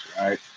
right